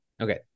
Okay